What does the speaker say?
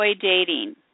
dating